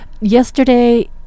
yesterday